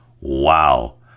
Wow